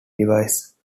device